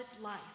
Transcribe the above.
life